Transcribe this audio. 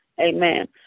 amen